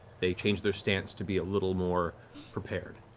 they change their stance to be a little more prepared.